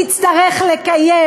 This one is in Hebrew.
תצטרך לקיים,